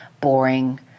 boring